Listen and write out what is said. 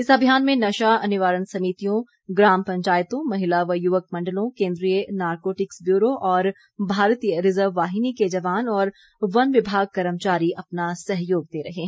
इस अभियान में नशा निर्वारण समितियों ग्राम पंचायतों महिला व युवक मंडलों केंद्रीय नारकोटिक्स ब्यूरो और भारतीय रिर्जव वाहिनी के जवान और वन विभाग कर्मचारी अपना सहयोग दे रहे हैं